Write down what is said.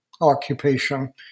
occupation